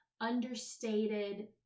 understated